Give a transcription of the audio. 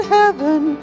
heaven